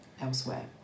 elsewhere